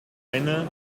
eine